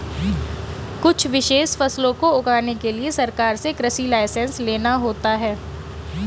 कुछ विशेष फसलों को उगाने के लिए सरकार से कृषि लाइसेंस लेना होता है